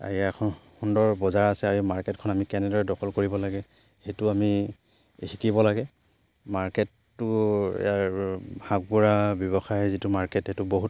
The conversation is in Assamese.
এখন সুন্দৰ বজাৰ আছে আৰু মাৰ্কেটখন আমি কেনেদৰে দখল কৰিব লাগে সেইটো আমি শিকিব লাগে মাৰ্কেটটো ইয়াৰ হাক বৰা ব্যৱসায়ৰ যিটো মাৰ্কেট সেইটো বহুত